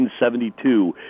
1972